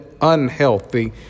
unhealthy